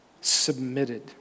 submitted